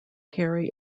carry